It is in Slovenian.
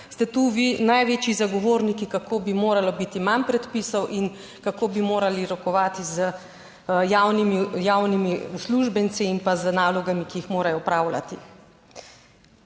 ste tu vi največji zagovorniki, kako bi moralo biti manj predpisov in kako bi morali rokovati z javnimi uslužbenci in pa z nalogami, ki jih morajo opravljati.